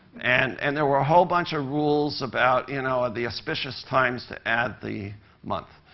and and there were a whole bunch of rules about, you know, ah the auspicious times to add the month.